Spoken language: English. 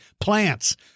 plants